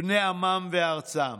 בני עמם וארצם.